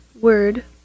word